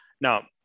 Now